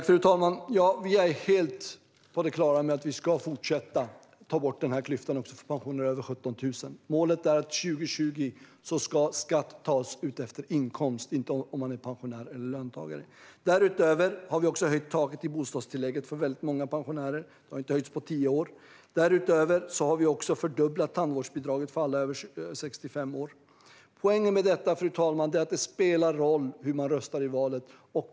Fru talman! Vi är helt på det klara med att vi ska fortsätta att ta bort klyftan för dem med pensioner upp till 17 000 kronor. Målet är att 2020 ska skatt tas ut efter inkomst, inte utifrån om man är pensionär eller löntagare. Därutöver har vi höjt taket i bostadstillägget för pensionärer. Det hade inte höjts på tio. Vi har även fördubblat tandvårdsbidraget för alla över 65 år. Poängen med detta, fru talman, är att det spelar roll hur man röstar i valet.